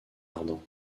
ardan